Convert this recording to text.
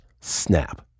snap